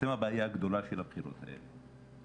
אתם הבעיה הגדולה של הבחירות האלה.